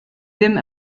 ddim